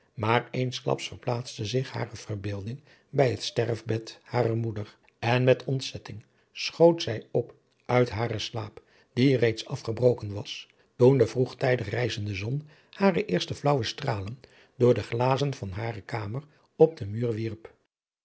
maar eensklaps verplaatste zich hare verbeelding bij het sterfbed harer moeder en met ontzetting schoot zij op uit haren slaap die reeds afgebroken was toen de vroegtijdig rijzende zon hare eerste flaauwe stralen door de glazen van hare kamer op den muur wierp